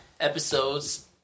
episodes